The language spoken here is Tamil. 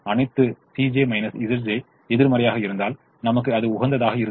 அனைத்து Cj Zj's எதிர்மறையாக இருந்தால் நமக்கு அது உகந்ததாக இருந்தது